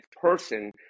person